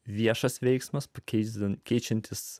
viešas veiksmas pakeisdami keičiantis